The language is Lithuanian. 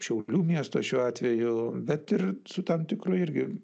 šiaulių miesto šiuo atveju bet ir su tam tikru irgi